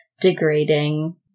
degrading